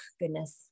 goodness